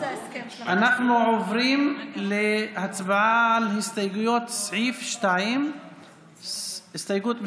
אנחנו עוברים להצבעה על הסתייגויות לסעיף 2. הסתייגות מס'